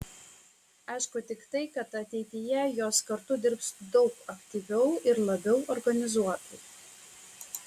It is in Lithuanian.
aišku tik tai kad ateityje jos kartu dirbs daug aktyviau ir labiau organizuotai